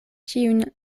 ĉiujn